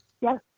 Yes